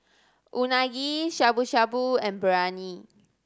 Unagi Shabu Shabu and Biryani